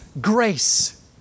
grace